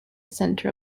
center